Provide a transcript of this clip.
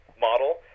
model